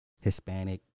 Hispanic